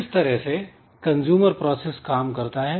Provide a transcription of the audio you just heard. इस तरह से कंजूमर प्रोसेस काम करता है